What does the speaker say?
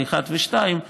ב-1 ו-2,